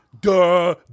Duh